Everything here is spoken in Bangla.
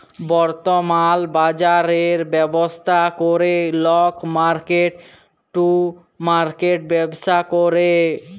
বর্তমাল বাজরের ব্যবস্থা ক্যরে লক মার্কেট টু মার্কেট ব্যবসা ক্যরে